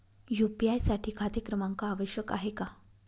UPI साठी खाते क्रमांक आवश्यक आहे का?